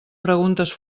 preguntes